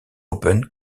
open